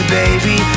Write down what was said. baby